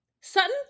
Sutton